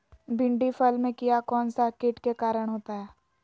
भिंडी फल में किया कौन सा किट के कारण होता है?